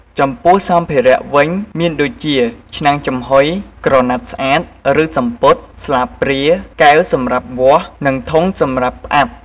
ចំពោះសម្ភារៈវិញមានដូចជា ឆ្នាំងចំហុយ ក្រណាត់ស្អាត ឬសំពត់ ស្លាបព្រា កែវសម្រាប់វាស់ និងធុងសម្រាប់ផ្អាប់។